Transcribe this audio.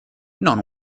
non